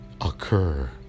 occur